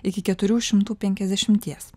iki keturių šimtų penkiasdešimties